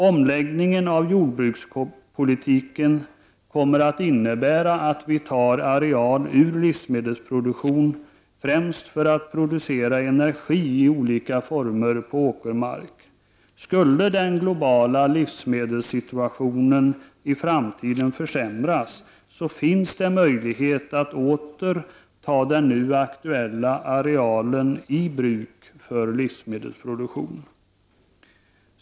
Omläggningen av jordbrukspolitiken kommer att innebära att vi tar i anspråk åkerareal som används till livsmedelsproduktion för att i stället främst producera energi i olika former. Om den globala livsmedelssituationen i framtiden försämras, finns det möjlighet att åter ta denna areal i bruk för livsmedelsproduktion.